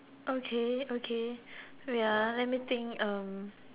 okay okay wait ah let me think um